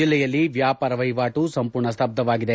ಜಲ್ಲೆಯಲ್ಲಿ ವ್ಯಾಪಾರ ವಹಿವಾಟು ಸಂಪೂರ್ಣ ಸ್ತಬ್ದವಾಗಿದೆ